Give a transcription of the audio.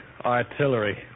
Artillery